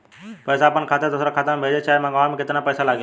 पैसा अपना खाता से दोसरा खाता मे भेजे चाहे मंगवावे में केतना पैसा लागेला?